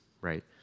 right